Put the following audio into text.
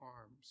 arms